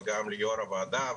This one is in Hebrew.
ליושב-ראש הוועדה,